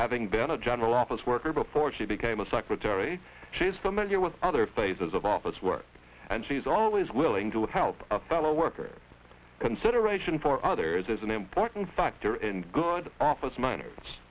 having been a general office worker before she became a secretary she's familiar with other phases of office work and she's always willing to help a fellow worker in consideration for others is an important factor in good office m